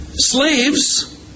...slaves